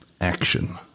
action